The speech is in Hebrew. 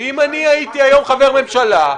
ואם אני הייתי היום חבר ממשלה,